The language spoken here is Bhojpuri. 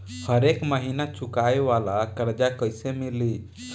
हरेक महिना चुकावे वाला कर्जा कैसे मिली?